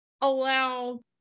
allow